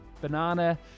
banana